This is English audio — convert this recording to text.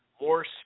more